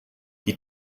die